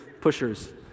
pushers